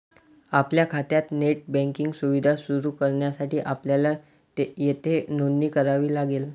आपल्या खात्यात net banking सुविधा सुरू करण्यासाठी आपल्याला येथे नोंदणी करावी लागेल